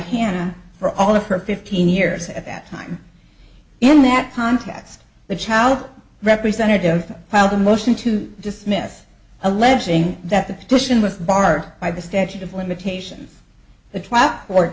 hannah for all of her fifteen years at that time in that context the child representative filed a motion to dismiss alleging that the petition with bart by the statute of limitations the tra